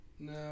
No